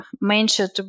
mentioned